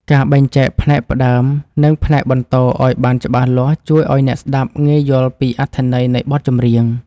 ការបែងចែកផ្នែកផ្ដើម និង ផ្នែកបន្ទរឱ្យបានច្បាស់លាស់ជួយឱ្យអ្នកស្ដាប់ងាយយល់ពីអត្ថន័យនៃបទចម្រៀង។